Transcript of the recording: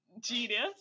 genius